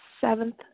seventh